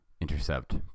intercept